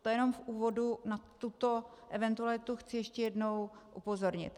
To jenom v úvodu na tuto eventualitu chci ještě jednou upozornit.